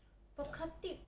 but khatib